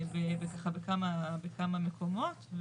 בכמה מקומות.